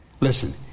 Listen